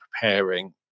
preparing